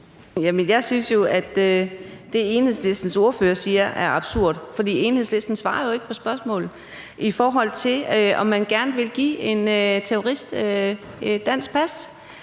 Jeg synes jo, at det, Enhedslistens ordfører siger, er absurd, for Enhedslistens ordfører svarer jo ikke på spørgsmålet, om man gerne vil give en terrorist dansk pas.